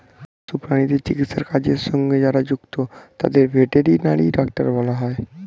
পশু প্রাণীদের চিকিৎসার কাজের সঙ্গে যারা যুক্ত তাদের ভেটেরিনারি ডাক্তার বলা হয়